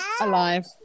alive